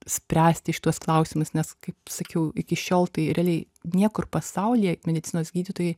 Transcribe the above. spręsti šituos klausimus nes kaip sakiau iki šiol tai realiai niekur pasaulyje medicinos gydytojai